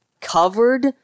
covered